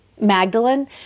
Magdalene